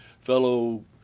fellow